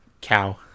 Cow